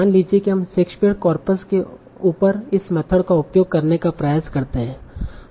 मान लीजिए कि हम शेक्सपियर कार्पस के ऊपर इस मेथड का उपयोग करने का प्रयास करते हैं